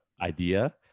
idea